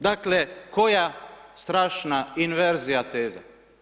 Dakle, koja strašna inverzija teza.